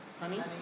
Honey